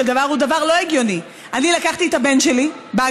דבר הוא דבר לא הגיוני: לקחתי את הבן שלי בעגלה,